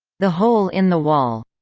the hole in the wall